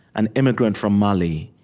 an immigrant from mali,